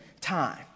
time